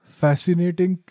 fascinating